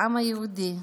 לעם היהודי,